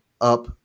up